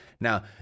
Now